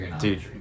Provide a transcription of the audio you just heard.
Dude